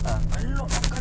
ah kat situ